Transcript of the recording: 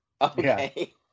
Okay